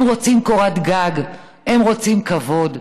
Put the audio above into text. הם רוצים קורת גג, הם רוצים כבוד,